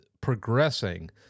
progressing